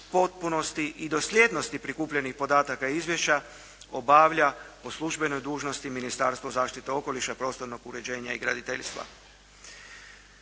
potpunosti i dosljednosti prikupljenih podataka i izvješća obavlja po službenoj dužnosti Ministarstvo zaštite okoliša, prostornog uređenja i graditeljstva.